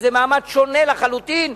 שזה מעמד שונה לחלוטין.